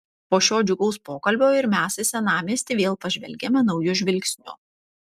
po šio džiugaus pokalbio ir mes į senamiestį vėl pažvelgiame nauju žvilgsniu